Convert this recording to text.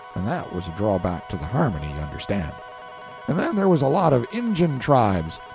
and that was a drawback to the harmony, you understand and then there was a lot of injun tribes,